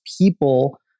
people